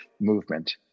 movement